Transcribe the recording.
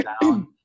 down